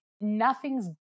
nothing's